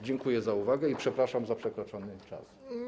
Dziękuję za uwagę i przepraszam za przekroczony czas.